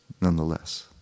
nonetheless